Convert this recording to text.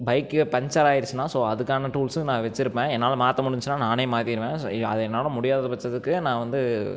bike puncture ஆகிடுச்சினா so அதுக்கான டூல்ஸும் நான் வச்சுருப்பேன் என்னால் மாற்ற முடிஞ்சுச்சினா நானே மாத்திடுவேன் அது என்னால் முடியாத பட்சத்துக்கு நான் வந்து